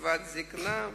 קצבת הזיקנה.